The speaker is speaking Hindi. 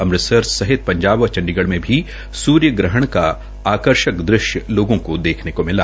अमृतसर सहित पंजाब व चंडीगढ़ में भी सूर्यग्रहण का आर्कषक दृश्य लोगों को देखने को मिला